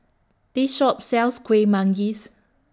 This Shop sells Kueh Manggis